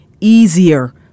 easier